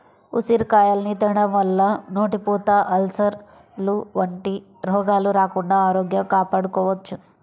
ఉసిరికాయల్ని తినడం వల్ల నోటిపూత, అల్సర్లు వంటి రోగాలు రాకుండా ఆరోగ్యం కాపాడుకోవచ్చు